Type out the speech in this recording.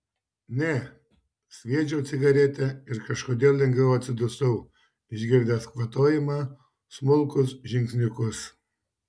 ne sviedžiau cigaretę ir kažkodėl lengviau atsidusau išgirdęs kvatojimą smulkus žingsniukus